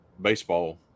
baseball